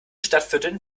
stadtvierteln